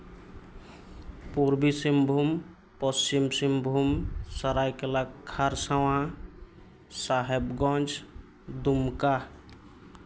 Purbi Singhbhum Paschim Singhbhum Seraikela Kharsawan Sahebganj Dumka